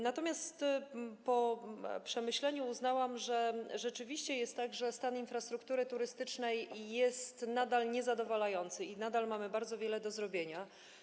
Natomiast po przemyśleniu uznałam, że rzeczywiście jest tak, że stan infrastruktury turystycznej jest nadal niezadowalający, nadal mamy bardzo wiele do zrobienia.